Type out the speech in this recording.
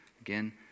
Again